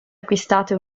acquistate